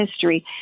history